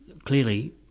Clearly